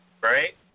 Right